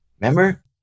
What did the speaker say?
Remember